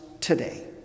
today